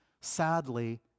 sadly